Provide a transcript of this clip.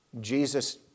Jesus